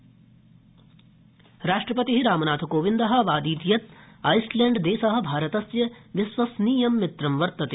राष्ट्रपति राष्ट्रपति रामनाथकोविन्द अवादीत् यत् इसलैंड देश भारतस्य विश्वसनीय मित्रं वर्तते